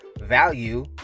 value